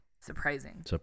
Surprising